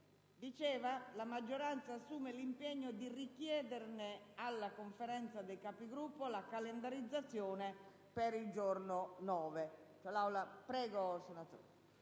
segue: «la maggioranza assume l'impegno di richiederne alla Conferenza dei Capigruppo la calendarizzazione per il giorno 9